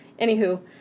Anywho